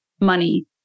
money